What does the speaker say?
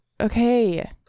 okay